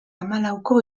hamalauko